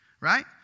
right